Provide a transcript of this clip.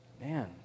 Man